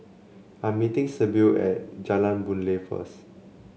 I am meeting Sybil at Jalan Boon Lay first